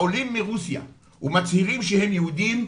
העולים מרוסיה ומצהירים שהם יהודים,